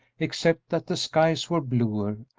except that the skies were bluer,